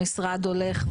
המשרד הולך,